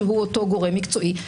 שהוא אותו גורם מקצועי,